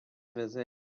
visit